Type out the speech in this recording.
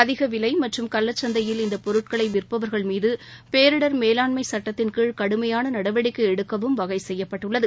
அதிகவிலை மற்றும் கள்ளச்சந்தையில் இந்தப் பொருட்களை விற்பவர்கள் மீது பேரிடர் மேலாண்மை சட்டத்தின்கீழ் கடுமையான நடவடிக்கை எடுக்கவும் வகை செய்யப்பட்டுள்ளது